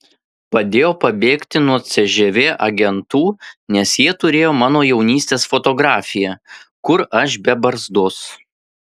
padėjo pabėgti nuo cžv agentų nes jie turėjo mano jaunystės fotografiją kur aš be barzdos